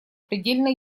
предельно